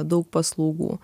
daug paslaugų